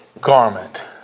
garment